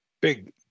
big